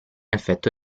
affetto